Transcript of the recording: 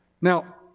Now